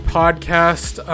podcast